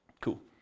Cool